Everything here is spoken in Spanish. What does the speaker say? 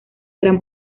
gran